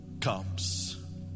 comes